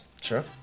Sure